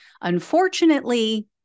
Unfortunately